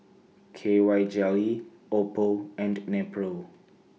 K Y Jelly Oppo and Nepro